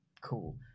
Cool